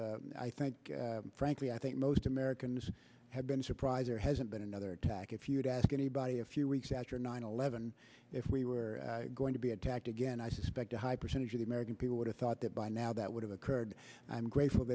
because i think frankly i think most americans have been surprised there hasn't been another attack if you'd ask anybody a few weeks after nine eleven if we were going to be attacked again i suspect a high percentage of the american people would have thought that by now that would have occurred i'm grateful